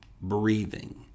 breathing